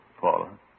Paula